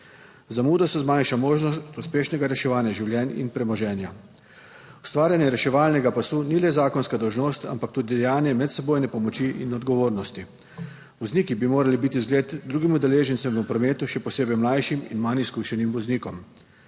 zamudo se zmanjša možnost uspešnega reševanja življenj in premoženja. Ustvarjanje reševalnega pasu ni le zakonska dolžnost, ampak tudi dejanje medsebojne pomoči in odgovornosti. Vozniki bi morali biti zgled drugim udeležencem v prometu, še posebej mlajšim in manj izkušenim voznikom.